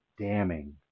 damning